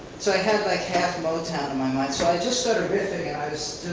so i had like half motown on my mind, so i just started riffing and